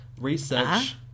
Research